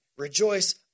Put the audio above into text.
Rejoice